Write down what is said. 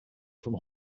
from